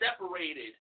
separated